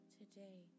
today